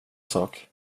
sak